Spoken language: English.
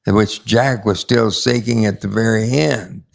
and which jack was still seeking at the very end.